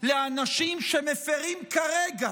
לאנשים שמפירים כרגע